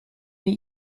wie